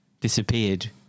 Disappeared